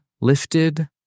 lifted